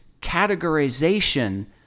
categorization